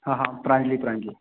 हां हां प्रांजली प्रांजली